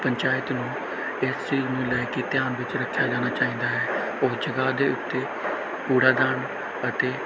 ਪੰਚਾਇਤ ਨੂੰ ਇਸ ਚੀਜ਼ ਨੂੰ ਲੈ ਕੇ ਧਿਆਨ ਵਿੱਚ ਰੱਖਿਆ ਜਾਣਾ ਚਾਹੀਦਾ ਹੈ ਉਸ ਜਗ੍ਹਾ ਦੇ ਉੱਤੇ ਕੂੜਾਦਾਨ ਅਤੇ